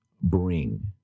bring